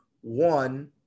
one